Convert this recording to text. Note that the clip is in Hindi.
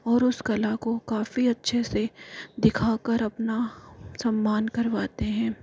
और उस कला को काफ़ी अच्छे से दिखा कर अपना सम्मान करवाते हैं